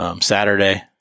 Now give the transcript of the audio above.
Saturday